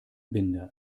binder